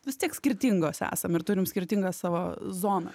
vis tiek skirtingos esam ir turim skirtingą savo zoną